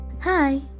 Hi